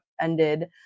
ended